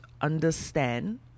understand